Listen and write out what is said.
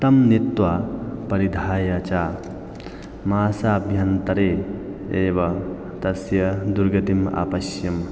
तं नीत्वा परिधाय च मासाभ्यन्तरे एव तस्य दुर्गतिम् अपश्यं